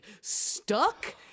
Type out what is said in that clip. stuck